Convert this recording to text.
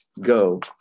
go